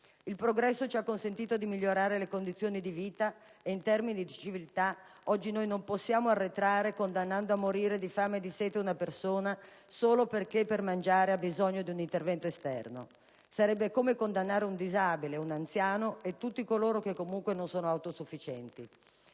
Il progresso ci ha consentito di migliorare le condizioni di vita e, in termini di civiltà, non possiamo oggi arretrare condannando a morire di fame e di sete una persona solo perché per mangiare ha bisogno di un intervento esterno. Sarebbe come condannare un disabile, un anziano e tutti coloro che comunque non sono autosufficienti.